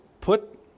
put